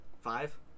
Five